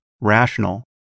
rational